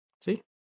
See